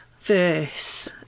verse